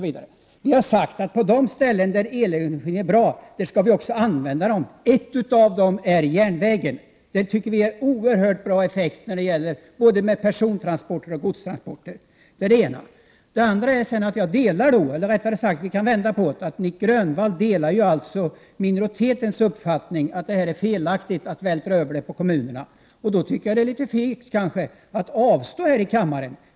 Vi har sagt att vi på de ställen där elenergi är bra skall använda den. Ett område är järnvägen. Där har den oerhört bra effekt vad gäller både godstransporter och persontransporter. Det är det ena. Det andra är att jag delar, eller rättare sagt — vi kan vända på det — att Nic Grönvall delar minoritetens uppfattning att det är felaktigt att vältra över finansieringen på kommunerna. Då tycker jag att det är litet fegt av honom att avstå från att rösta.